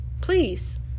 please